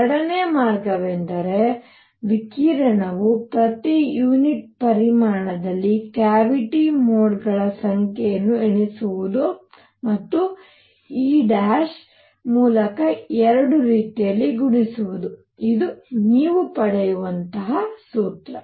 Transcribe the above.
ಎರಡನೆಯ ಮಾರ್ಗವೆಂದರೆ ವಿಕಿರಣವು ಪ್ರತಿ ಯುನಿಟ್ ಪರಿಮಾಣದಲ್ಲಿ ಕ್ಯಾವಿಟಿ ಮೋಡ್ಗಳ ಸಂಖ್ಯೆಯನ್ನು ಎಣಿಸುವುದು ಮತ್ತು E ಮೂಲಕ ಎರಡೂ ರೀತಿಯಲ್ಲಿ ಗುಣಿಸುವುದು ಇದು ನೀವು ಪಡೆಯುವ ಸೂತ್ರ